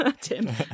Tim